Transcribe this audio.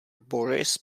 boris